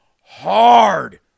hard